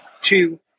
two